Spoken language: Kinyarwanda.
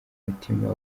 mutima